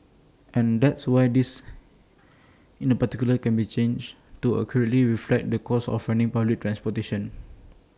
and that's why this in the particular can be change to accurately reflect the cost of running public transportation